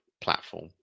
platform